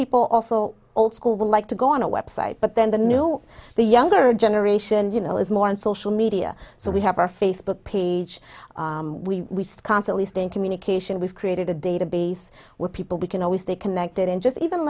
people also old school like to go on a website but then the know the younger generation you know is more on social media so we have our facebook page we constantly stay in communication we've created a database where people we can always stay connected and just even